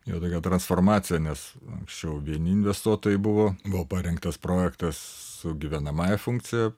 jo tokia transformacija nes anksčiau vieni investuotojai buvo buvo parengtas projektas su gyvenamąja funkcija